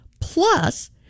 Plus